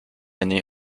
année